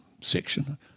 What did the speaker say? section